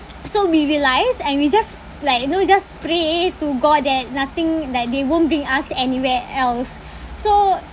so we realised and we just like you know just pray to god that nothing like they won't bring us anywhere else so